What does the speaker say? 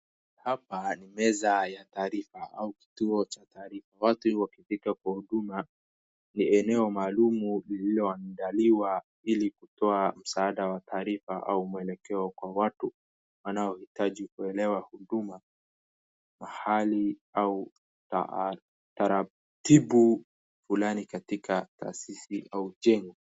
Hapa ni meza ya taarifa, au kituo cha taarifa, watu huaminika kwa huduma, ni eneo maalum ilioamdaliwa ili kutoa msaada wa taarifa au mwelekeo kwa watu wanaohitaji kuelewa huduma mahali au taratibu fulani katika taasisi au jambo.